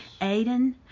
Aiden